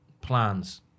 plans